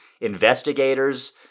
investigators